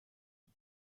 ihm